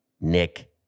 Nick